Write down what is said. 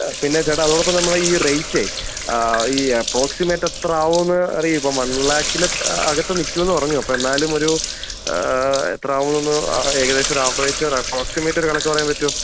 പിന്നെ ചേട്ടാ അതോടൊപ്പം നമ്മളെ ഈ റേറ്റെ ഈ അപ്രോക്സിമേറ്റ് എത്ര ആവും എന്ന് അറിയുമോ ഇപ്പം വൺ ലാക്കിന് അകത്തു നിൽക്കുമോ എന്ന് പറഞ്ഞു അപ്പോൾ എന്നാലും ഒരു എത്രയാവും എന്നൊന്ന് ഏകദേശം ഒരു ആവറേജ് ഒരു അപ്പ്രോക്സിമേറ്റ് ഒരു കണക്ക് പറയാൻ പറ്റുമോ